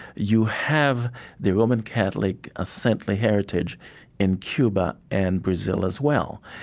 you have the roman catholic ah saintly heritage in cuba and brazil as well.